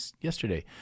yesterday